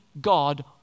God